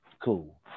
cool